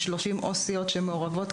30 עו"סיות שמעורבות,